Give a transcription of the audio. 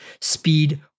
speed